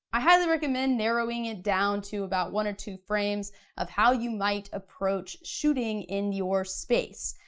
i highly recommend narrowing it down to about one or two frames of how you might approach shooting in your space.